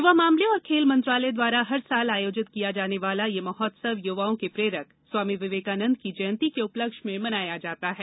युवा मामले और खेल मंत्रालय द्वारा हर साल आयोजित किया जाने वाला यह महोत्सव युवाओं के प्रेरक स्वामी विवेकानंद की जयंती के उपलक्ष्य में मनाया जाता है